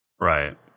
Right